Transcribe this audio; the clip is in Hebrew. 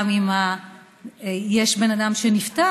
גם אם יש בן אדם שנפטר,